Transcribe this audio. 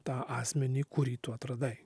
tą asmenį kurį tu atradai